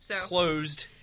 Closed